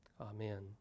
Amen